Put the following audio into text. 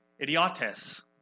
idiotes